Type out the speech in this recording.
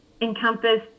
encompass